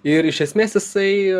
ir iš esmės jisai